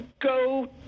go